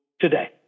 today